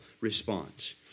response